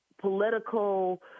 political